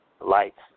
lights